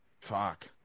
fuck